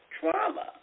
trauma